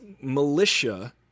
militia